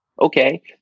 okay